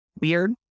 weird